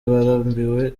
barambiwe